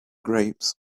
grapes